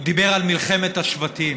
הוא דיבר על מלחמת השבטים.